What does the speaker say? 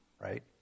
right